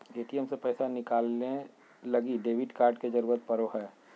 ATM से पैसा निकाले लगी डेबिट कार्ड के जरूरत पड़ो हय